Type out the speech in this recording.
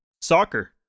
soccer